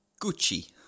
Gucci